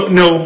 no